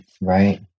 Right